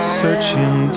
searching